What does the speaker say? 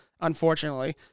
unfortunately